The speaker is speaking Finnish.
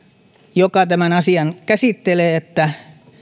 joka tämän asian käsittelee että